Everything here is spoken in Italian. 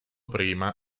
prima